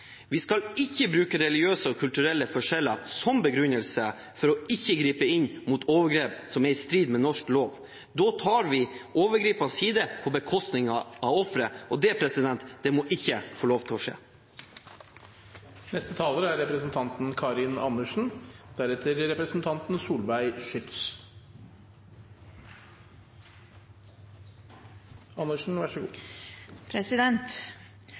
Vi skal ikke bruke religiøse og kulturelle forskjeller som begrunnelse for ikke å gripe inn mot overgrep som er i strid med norsk lov. Da tar vi overgriperens side på bekostning av offeret. Det må ikke få lov til å skje.